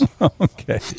Okay